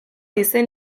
izen